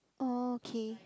okay